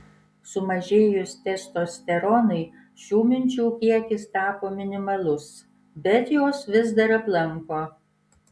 sumažėjus testosteronui šių minčių kiekis tapo minimalus bet jos vis dar aplanko